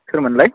सोरमोनलाय